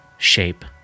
shape